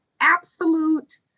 absolute